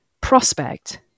prospect